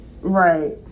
right